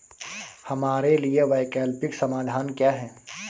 हमारे लिए वैकल्पिक समाधान क्या है?